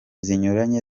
zinyuranye